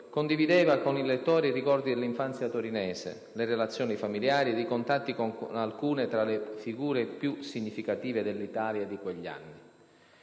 condivideva con i lettori i ricordi dell'infanzia torinese, le relazioni familiari e i contatti con alcune tra le figure più significative dell'Italia di quegli anni.